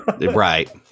Right